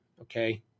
okay